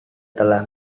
telah